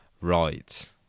Right